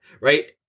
right